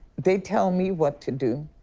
they tell me what to do.